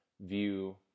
view